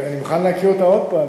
אני מוכן להקריא אותה עוד פעם,